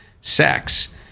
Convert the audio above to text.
sex